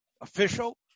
official